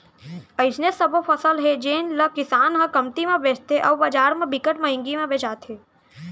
अइसने सबो फसल हे जेन ल किसान ह कमती म बेचथे अउ बजार म बिकट मंहगी म बेचाथे